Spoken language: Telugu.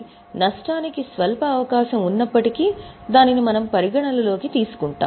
కాబట్టి నష్టానికి స్వల్ప అవకాశం ఉన్నప్పటికీ దానిని మనం పరిగణనలోకి తీసుకుంటాం